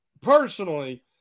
personally